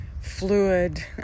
fluid